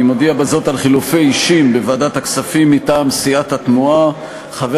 אני מודיע בזה על חילופי אישים בוועדת הכספים מטעם סיעת התנועה: חבר